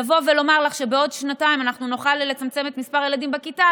לבוא ולומר לך שבעוד שנתיים אנחנו נוכל לצמצם את מספר הילדים בכיתה,